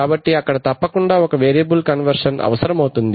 కాబట్టి అక్కడ తప్పకుండా ఒక వేరియబుల్ కన్వర్షన్ మార్పు అవసరమవుతుంది